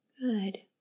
Good